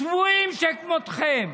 צבועים שכמותכם.